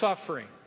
suffering